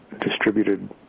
distributed